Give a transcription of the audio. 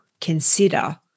consider